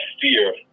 fear